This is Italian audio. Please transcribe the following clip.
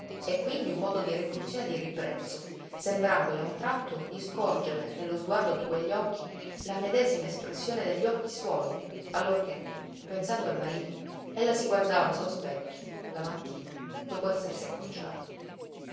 e quindi un moto di repulsione e di ribrezzo sembrandole a un tratto di scorgere nello sguardo di quegli occhi la medesima espressione degli occhi suoi allorché pensando al marito ella si guardava nello specchio la mattina dopo essersi acconciata